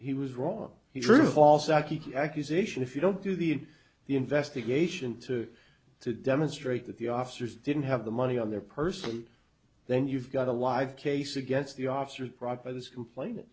he was wrong he drew a false accusation if you don't do the the investigation to to demonstrate that the officers didn't have the money on their person then you've got a live case against the officers brought by those who cla